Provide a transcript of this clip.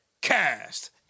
cast